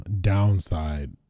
downside